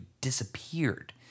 disappeared